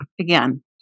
again